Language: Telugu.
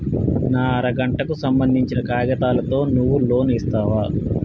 నా అర గంటకు సంబందించిన కాగితాలతో నువ్వు లోన్ ఇస్తవా?